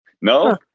no